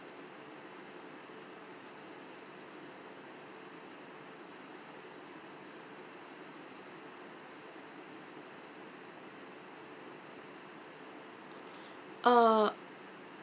uh